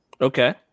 Okay